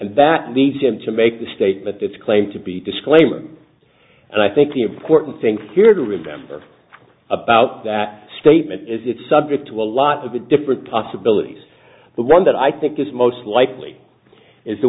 that leads him to make the statement that's claimed to be disclaimer and i think the important thing here to remember about that statement is it's subject to a lot of different possibilities but one that i think is most likely is th